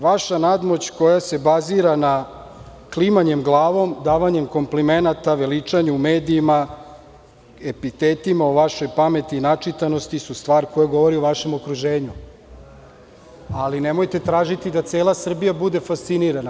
Vaša nadmoć koja se bazira na klimanjem glavom, davanjem komplimenata, veličanje u medijima, epitetima u vašoj pameti, načitanosti su stvar koja govori o vašem okruženju, ali nemojte tražiti da cela Srbija bude fascinirana.